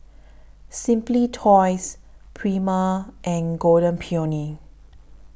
Simply Toys Prima and Golden Peony